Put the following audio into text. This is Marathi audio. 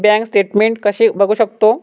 मी बँक स्टेटमेन्ट कसे बघू शकतो?